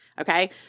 Okay